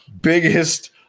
biggest